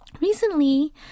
Recently